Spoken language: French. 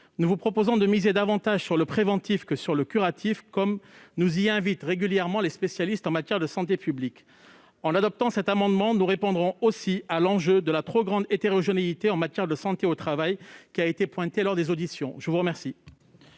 Nous vous proposons de miser davantage sur l'aspect préventif que sur le volet curatif, comme nous y invitent régulièrement les spécialistes de santé publique. En adoptant cet amendement, nous répondrons aussi à l'enjeu de la trop grande hétérogénéité en matière de santé au travail, qui a été dénoncée lors des auditions. Les deux